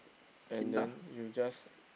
and then you just